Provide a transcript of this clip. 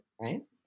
Right